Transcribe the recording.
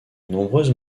nombreuses